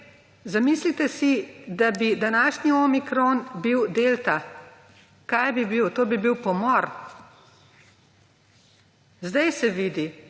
zamislite si, da bi današnji omikron bil delta. Kaj bi bilo? To bi bil pomor. Sedaj se vidi,